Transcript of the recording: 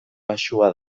baxua